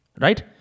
Right